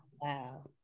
wow